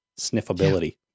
sniffability